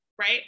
Right